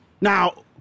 Now